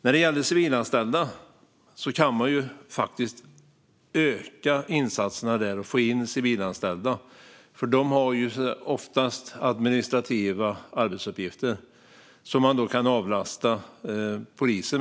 När det gäller civilanställda kan man faktiskt öka insatserna, så att man får in civilanställda. De har oftast administrativa arbetsuppgifter och kan avlasta poliser.